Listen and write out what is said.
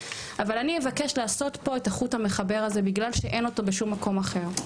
אבל אני אבקש לעשות פה את החוט המחבר הזה בגלל שאין אותו בשום מקום אחר,